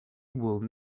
would